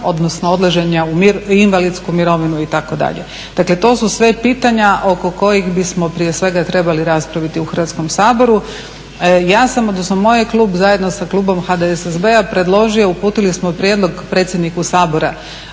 odnosno odlaženja u invalidsku mirovinu, itd. Dakle, to su sve pitanja oko kojih bismo prije svega trebali raspraviti u Hrvatskom saboru. Ja sam, odnosno moj je klub zajedno sa klubom HDSSB-a predložio, uputili smo prijedlog predsjedniku Sabora